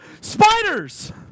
Spiders